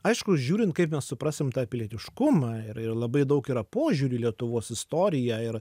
aišku žiūrint kaip mes suprasim tą pilietiškumą ir labai daug yra požiūrių į lietuvos istoriją ir